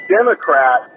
Democrat